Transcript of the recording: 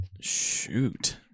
Shoot